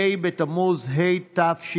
ה' בתמוז התשפ"א,